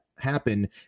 happen